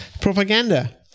propaganda